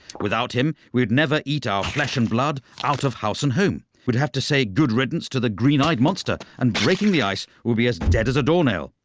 without him we would never eat our flesh and blood out of house and home. we'd have to say good riddance to the green-eyed monster and breaking the ice will be as dead as a door nail.